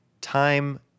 time